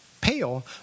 Pale